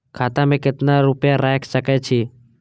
खाता में केतना रूपया रैख सके छी?